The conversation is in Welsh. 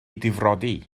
difrodi